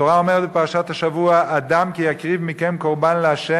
התורה אומרת בפרשת השבוע: "אדם כי יקריב מכם קרבן לה'